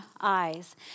eyes